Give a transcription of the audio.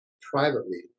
privately